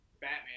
batman